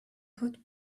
hot